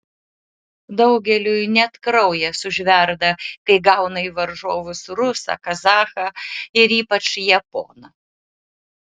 daugeliui net kraujas užverda kai gauna į varžovus rusą kazachą ir ypač japoną